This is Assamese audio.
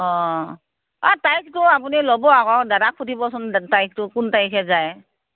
অ অ তাৰিখটো আপুনি ল'ব আকৌ দাদাক সুধিবচোন তাৰিখটো কোন তাৰিখে যায়